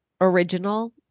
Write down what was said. original